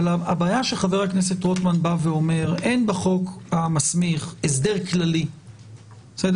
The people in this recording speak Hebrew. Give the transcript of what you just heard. הבעיה שחבר הכנסת מעלה היא שאין בחוק המסמיך הסדר כללי שאומר